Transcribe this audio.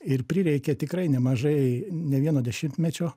ir prireikė tikrai nemažai ne vieno dešimtmečio